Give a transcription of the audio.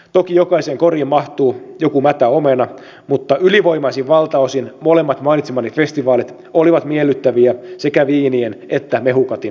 toki jokaiseen koriin mahtuu joku mätä omena mutta ylivoimaisin valtaosin molemmat mainitsemani festivaalit olivat miellyttäviä sekä viinien että mehukatin nautiskelijoille